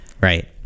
Right